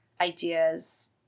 ideas